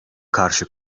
karşı